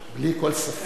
בלי כל ספק.